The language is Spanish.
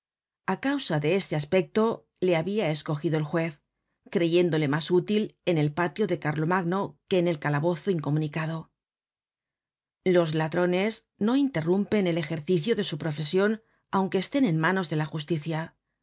a causa de este aspecto le habia escogido el juez creyéndole mas útil en el patio de carlomagno que en el calabozo incomunicado los ladrones no interrumpen el ejercicio de su profesion aunque estén en manos de la justicia